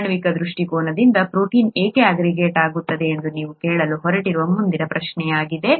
ಆಣ್ವಿಕ ದೃಷ್ಟಿಕೋನದಿಂದ ಪ್ರೋಟೀನ್ ಏಕೆ ಆಗ್ರಿಗೇಟ್ ಆಗುತ್ತದೆ ಅದು ನೀವು ಕೇಳಲು ಹೊರಟಿರುವ ಮುಂದಿನ ಪ್ರಶ್ನೆಯಾಗಿದೆ